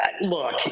look